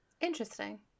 Interesting